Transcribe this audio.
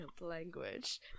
language